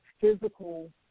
physical